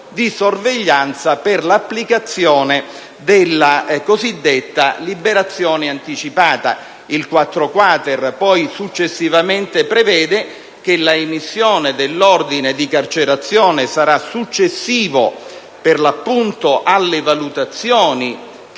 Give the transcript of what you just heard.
di sorveglianza per l'applicazione della cosiddetta liberazione anticipata. L'articolo 4-*quater* poi prevede che l'emissione dell'ordine di carcerazione sarà successiva, per l'appunto, alle valutazioni in